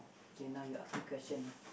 okay now you ask me question lah